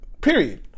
Period